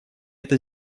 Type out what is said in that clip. это